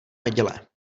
neděle